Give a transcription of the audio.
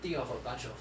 think of a bunch of